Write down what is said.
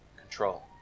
Control